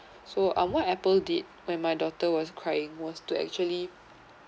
so ah what apple did when my daughter was crying was to actually